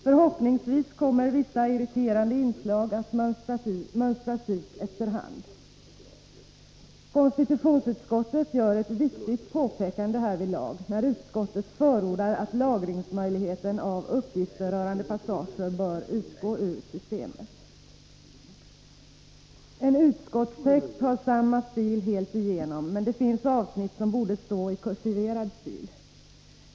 Förhoppningsvis kommer vissa irriterande inslag att mönstras ut efter hand. Konstitutionsutskottet gör ett viktigt påpekande härvidlag, när utskottet förordar att möjligheten till lagring av uppgifter rörande passager bör utgå ur systemet. En utskottstext har samma stil helt igenom, men det finns avsnitt som borde stå i kursiverad stil.